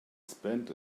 spent